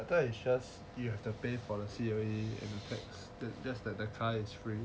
I thought it's just you have to pay for the C_O_E so that the car is free